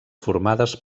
formades